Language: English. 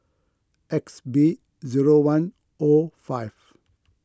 X B zero one O five